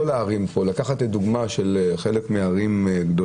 הצעת חוק ממשלתית 1431. אנחנו בהכנה לקריאה שנייה ושלישית.